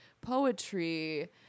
poetry